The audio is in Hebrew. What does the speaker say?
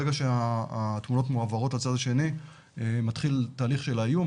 מהר מאוד ברגע שהתמונות מועברות לצד השני מתחיל התהליך של האיום,